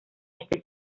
este